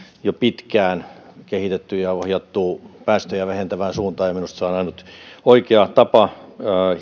jo pitkään kehitetty ja ohjattu päästöjä vähentävään suuntaan ja minusta se on ainut oikea tapa